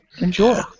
Enjoy